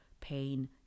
pain